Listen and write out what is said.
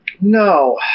No